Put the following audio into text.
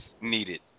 needed